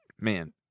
Man